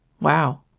Wow